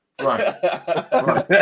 Right